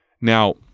Now